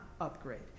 upgrade